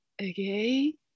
okay